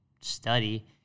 study